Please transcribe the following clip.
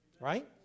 right